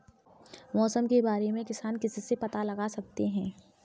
मौसम के बारे में किसान किससे पता लगा सकते हैं?